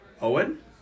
Owen